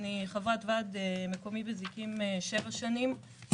אני חברת ועד מקומי בזיקים שבע שנים,